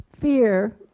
fear